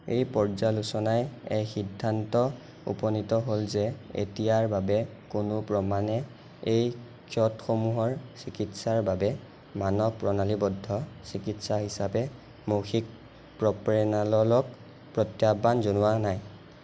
এই পৰ্যালোচনাই এই সিদ্ধান্ত উপনীত হ'ল যে এতিয়াৰ বাবে কোনো প্ৰমাণে এই ক্ষতসমূহৰ চিকিৎসাৰ বাবে মানক প্ৰণালীবদ্ধ চিকিৎসা হিচাপে মৌখিক প্ৰপ্ৰেনাললক প্ৰত্যাহ্বান জনোৱা নাই